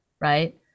Right